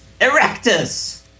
Erectus